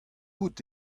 out